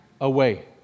away